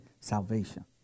salvation